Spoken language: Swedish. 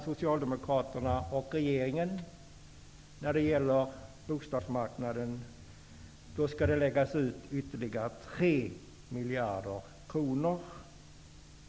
Socialdemokraterna och regeringen när det gäller bostadsmarknaden leda till att det skall läggas ut ytterligare 3 miljarder kronor.